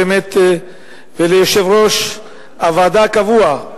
וליושב-ראש הוועדה הקבוע,